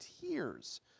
tears